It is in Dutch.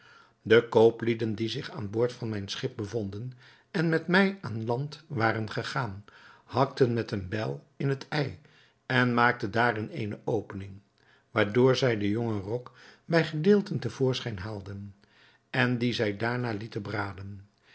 de kooplieden die zich aan boord van mijn schip bevonden en met mij aan land waren gegaan hakten met een bijl in het ei en maakten daarin eene opening waardoor zij den jongen rok bij gedeelten te voorschijn haalden en dien zij daarna lieten braden